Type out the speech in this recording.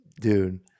Dude